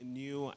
new